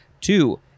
Two